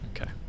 Okay